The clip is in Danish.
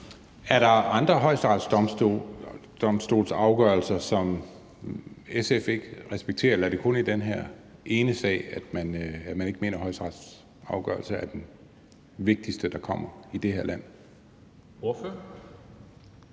Er der andre afgørelser og domme fra Højesteret, som SF ikke respekterer, eller er det kun i den her ene sag, at man ikke mener, at højesteretsafgørelsen er den vigtigste i det her land? Kl.